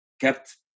kept